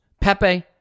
Pepe